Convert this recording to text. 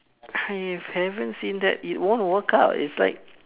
I have haven't seen that it won't work out it's like